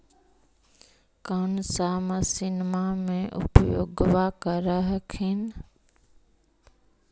कौन सा मसिन्मा मे उपयोग्बा कर हखिन?